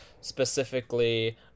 specifically